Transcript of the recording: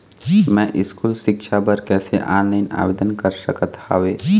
मैं स्कूल सिक्छा बर कैसे ऑनलाइन आवेदन कर सकत हावे?